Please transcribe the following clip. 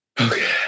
okay